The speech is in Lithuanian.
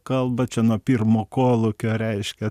kalbą čia nuo pirmo kolūkio reiškia